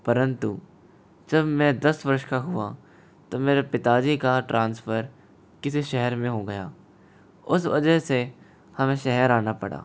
परंतु जब मै दस वर्ष का हुआ तो मेरे पिताजी का ट्रांसफर किसी शहर में हो गया उस वजह से हमें शहर आना पड़ा